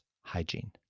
hygiene